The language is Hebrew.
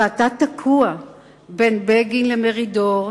ואתה תקוע בין בגין למרידור,